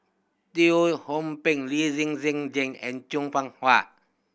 Teo Ho Pin Lee Zhen Zhen Jane and Chan Soh Ha